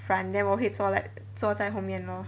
front then 我会坐 like 坐在后面 lor